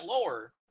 lower